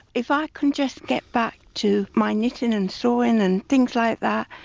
if i can just get back to my knitting and sewing and things like that,